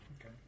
Okay